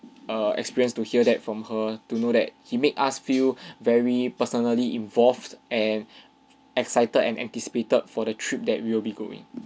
err experience to hear that from her to know that she made us feel very personally involved and excited and anticipated for the trip that we will be going